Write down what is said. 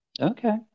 Okay